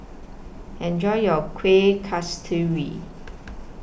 Enjoy your Kuih Kasturi